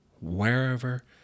wherever